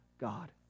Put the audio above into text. God